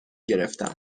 گرفتم